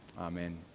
amen